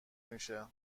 میشه